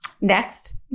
Next